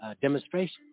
demonstration